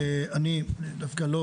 אני דווקא לא